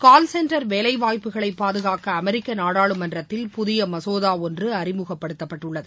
கால் centre வேலைவாய்ப்புகளை பாதுகாக்க அமெரிக்க நாடாளுமன்றத்தில் புதிய மசோதா ஒன்று அறிமுகப்படுத்தப்பட்டுள்ளது